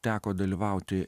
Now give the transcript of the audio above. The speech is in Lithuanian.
teko dalyvauti